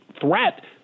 threat